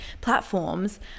platforms